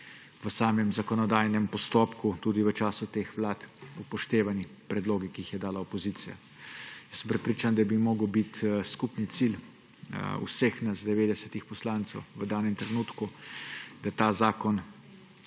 v samem zakonodajnem postopku, tudi v času teh vlad, upoštevani predlogi, ki jih je dala opozicija. Jaz sem prepričan, da bi moral biti skupni cilj vseh nas, 90 poslancev, v danem trenutku, da ta zakon